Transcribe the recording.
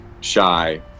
shy